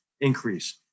increase